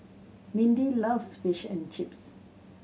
Mindi loves Fish and Chips